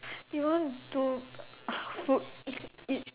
you want do food eat